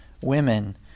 women